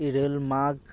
ᱤᱨᱟᱹᱞ ᱢᱟᱜᱽ